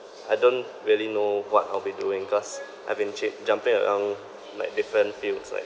I don't really know what I'll be doing cause I've been cha~ jumping around like different fields like